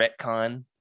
retcon